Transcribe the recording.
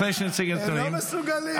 אחרי שנציג נתונים --- הם לא מסוגלים.